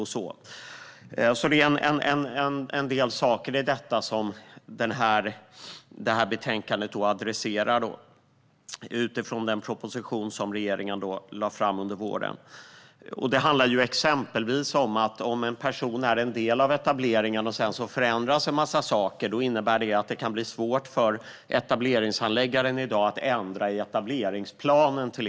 Det är alltså en del saker i detta som det här betänkandet adresserar utifrån den proposition som regeringen lade fram under våren. Det handlar exempelvis om att om en person är en del av etableringen och en massa saker sedan förändras kan det till exempel bli svårt för etableringshandläggaren att ändra i etableringsplanen.